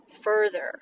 further